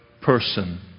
person